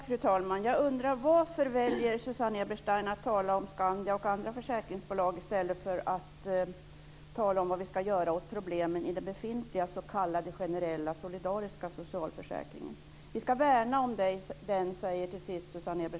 Fru talman! Jag undrar varför Susanne Eberstein väljer att tala om Skandia och andra försäkringsbolag i stället för att tala om vad vi ska göra åt problemen i den befintliga s.k. solidariska socialförsäkringen. Vi ska värna den, säger Susanne Eberstein till sist. Hur?